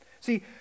See